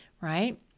right